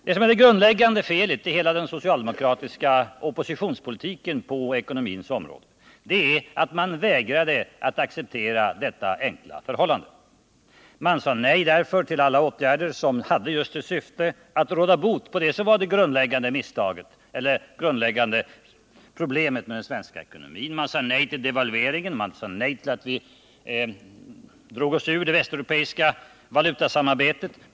Det grundläggande felet i hela den socialdemokratiska oppositionspolitiken på ekonomins område är att man vägrat acceptera detta enkla förhållande. Man sade därför nej till alla åtgärder som hade just till syfte att råda bot på det grundläggande problemet med den svenska ekonomin. Man sade nej till devalveringen. Man sade nej till att vi drog oss ur det västeuropeiska valutasamarbetet.